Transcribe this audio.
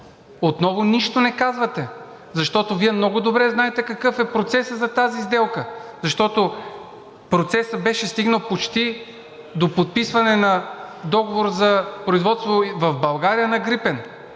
Отново нищо не казвате, защото Вие много добре знаете какъв е процесът за тази сделка, защото процесът беше стигнал почти до подписване на договор за производство и в България на Gripen.